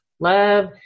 love